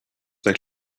like